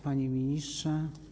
Panie Ministrze!